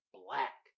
black